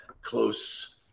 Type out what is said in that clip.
close